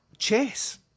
chess